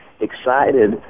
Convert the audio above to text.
excited